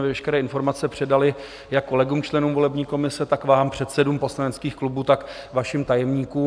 Veškeré informace jsme předali jak kolegům, členům volební komise, tak vám, předsedům poslaneckých klubů, tak vašim tajemníkům.